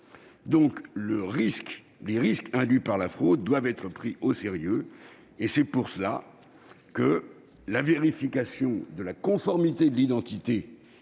! Les risques induits par la fraude doivent donc être pris au sérieux. C'est pourquoi la vérification de la conformité de l'identité